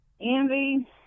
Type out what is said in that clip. envy